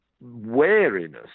Wariness